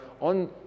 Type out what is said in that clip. on